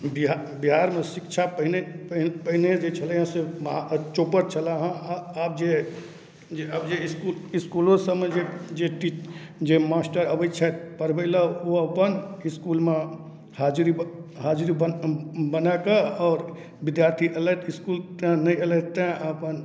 बि बिहारमे शिक्षा पहिने पहिने जे छलैहँ से महा चौपट छलऽ हँ आब जे आब जे इसकुल इसकुलो सबमे जे टी जे मास्टर अबै छथि पढ़बै लए ओ अपन इसकुलमे हाजिरी हाजिरी बनाकऽ आओर विद्यार्थी अयलथि इसकुल तैं नहि अयलथि तैं अपन